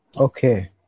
Okay